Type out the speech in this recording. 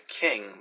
King